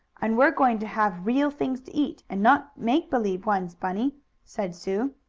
and we're going to have real things to eat, and not make-believe ones, bunny said sue.